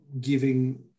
giving